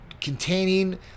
containing